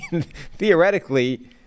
Theoretically